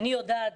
אני יודעת